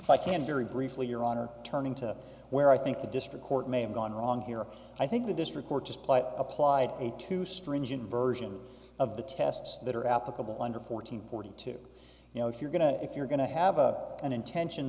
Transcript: if i can very briefly your honor turning to where i think the district court may have gone wrong here i think the district court just plain applied a too stringent version of the tests that are applicable under fourteen forty two you know if you're going to if you're going to have an intention